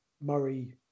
Murray